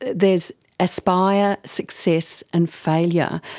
there's aspire, success and failure.